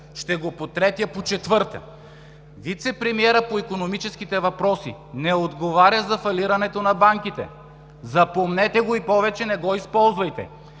– ще потретя и почетвъртя, вицепремиерът по икономическите въпроси не отговаря за фалирането на банките. Запомнете го и повече не го използвайте.